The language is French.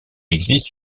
existe